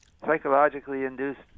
psychologically-induced